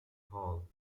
hall